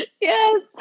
Yes